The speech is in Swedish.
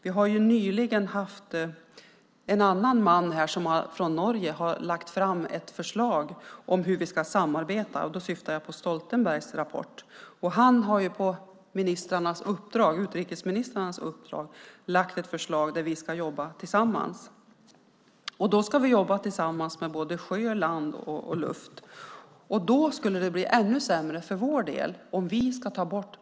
Nyligen har vi ju haft en man från Norge här som har lagt fram ett förslag om hur vi ska samarbeta. Jag syftar då på Stoltenberg och hans rapport. Stoltenberg har på utrikesministrarnas uppdrag lagt fram ett förslag om att vi ska jobba tillsammans inom sjö-, land och luftförsvaret. Men för vår del skulle det då bli ännu sämre om basbataljonen tas bort.